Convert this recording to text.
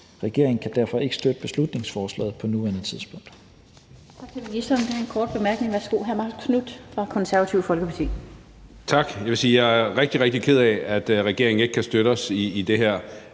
Regeringen kan derfor ikke støtte beslutningsforslaget på nuværende tidspunkt.